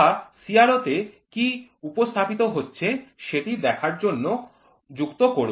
বা CRO তে কি উপস্থাপিত হচ্ছে সেটি দেখার জন্য যুক্ত করব